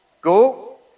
go